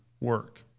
work